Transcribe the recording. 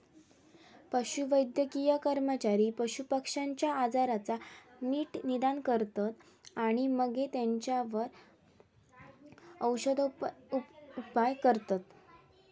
पशुवैद्यकीय कर्मचारी पशुपक्ष्यांच्या आजाराचा नीट निदान करतत आणि मगे तेंच्यावर औषदउपाय करतत